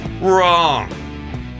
Wrong